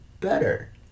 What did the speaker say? better